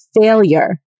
failure